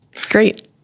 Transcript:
Great